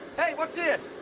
hey what's this?